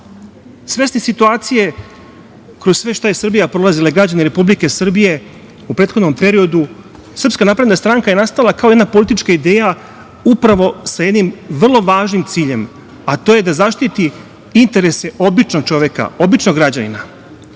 čoveku. Svesni situacije kroz sve šta je Srbija prolazila i građani Republike Srbije u prethodnom periodu, SNS je nastala kao jedna politička ideja upravo sa jednim vrlo važnim ciljem, a to je da zaštiti interese običnog čoveka, običnog građanina. Mi